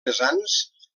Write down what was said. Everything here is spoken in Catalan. pesants